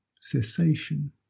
cessation